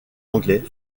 anglais